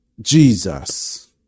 Jesus